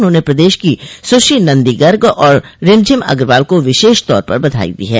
उन्होंने प्रदेश की सुश्री नन्दनी गर्ग और रिमझिम अग्रवाल को विशेष तौर पर बधाई दी है